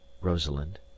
rosalind